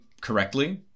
correctly